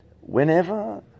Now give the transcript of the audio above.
whenever